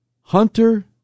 Hunter